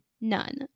none